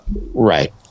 right